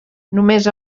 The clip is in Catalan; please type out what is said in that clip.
només